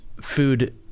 food